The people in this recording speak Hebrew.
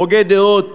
הוגה דעות